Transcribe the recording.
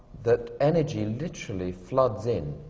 that energy literally floods in